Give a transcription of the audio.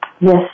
Yes